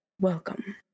welcome